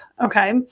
Okay